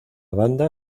banda